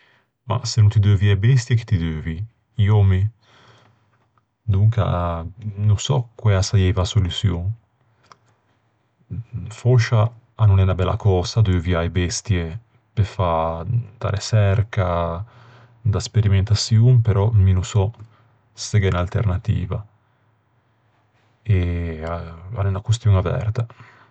Se no ti deuvi bestie chi ti deuvi? I òmmi? Donca no sò quæ a saieiva a soluçion. Fòscia a no l'é unna bella cösa deuviâ e bestie pe fâ da reçerca, da sperimentaçion, però mi no sò se gh'é unn'alternativa. A l'é unna costion averta.